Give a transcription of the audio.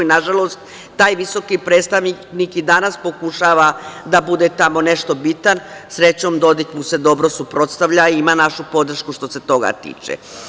Nažalost, taj visoki predstavnik i danas pokušava da bude tamo nešto bitan, srećom Dodik mu se dobro suprotstavlja i ima našu podršku, što se toga tiče.